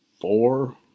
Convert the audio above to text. four